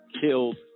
killed